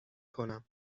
کنم